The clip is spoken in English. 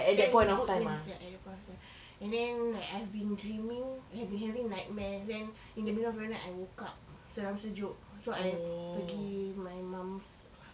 thank goodness ya at that point of time and then like I've been dreaming I've been having nightmares and then in the middle of the night I woke up seram sejuk so I pergi my mum's